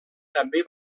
també